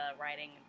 writing